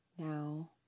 Now